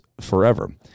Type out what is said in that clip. forever